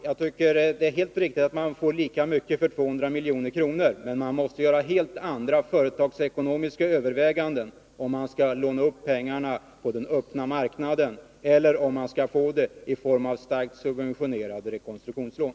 Fru talman! Det är visserligen helt riktigt att man får lika mycket för 200 milj.kr. oavsett villkoren, men man måste göra helt andra företagsekonomiska överväganden, om man skall låna upp pengarna på den öppna marknaden än om man skall få dem i form av starkt subventionerade rekonstruktionslån.